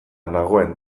nagoen